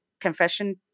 confession